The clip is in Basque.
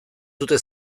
dute